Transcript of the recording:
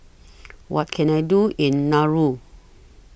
What Can I Do in Nauru